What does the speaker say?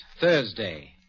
Thursday